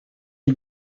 you